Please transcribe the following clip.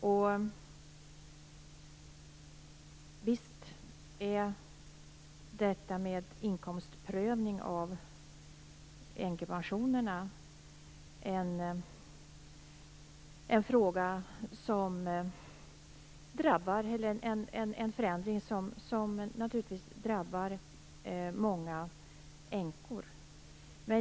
Visst är detta med inkomstprövning av änkepensionerna en förändring som drabbar många änkor.